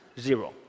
zero